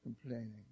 complaining